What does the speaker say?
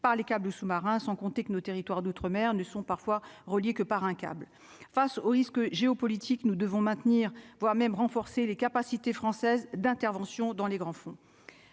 par les câbles sous-marins, sans compter que nos territoires d'outre-mer ne sont parfois reliées que par un câble face aux risques géopolitiques, nous devons maintenir voire même renforcer les capacités françaises d'intervention dans les grands fonds,